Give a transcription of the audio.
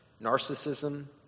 narcissism